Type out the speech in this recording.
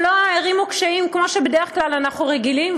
לא הערימו קשיים כמו שבדרך כלל אנחנו רגילים.